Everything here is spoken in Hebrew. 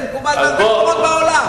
זה מקובל בהרבה מקומות בעולם.